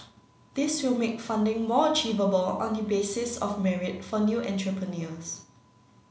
this will make funding more achievable on the basis of merit for new entrepreneurs